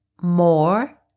more